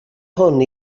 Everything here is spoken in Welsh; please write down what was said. hwn